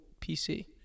PC